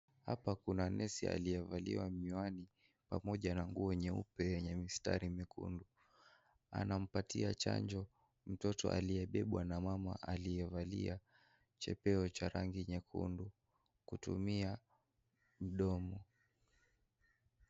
Hapa kuna nesi aliyevalia miwani pamoja nguo nyeupe yenye mstari mwekundu. Anampatia chanjo mtoto aliyebebwa na mama aliyevalia chepeo cha rangi nyekundu kutumia mdomo.